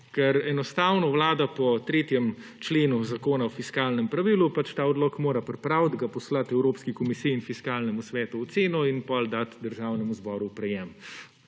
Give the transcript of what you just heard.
ker enostavno Vlada po 3. členu Zakona o fiskalnem pravilu ta odlok mora pripraviti, ga poslati Evropski komisiji in Fiskalnemu svetu v oceno in potem dati Državnemu zboru v sprejetje.